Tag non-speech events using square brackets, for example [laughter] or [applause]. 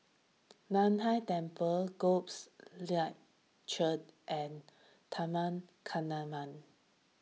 Nan Hai Temple [unintelligible] Light Church and Taman [unintelligible]